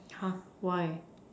!huh! why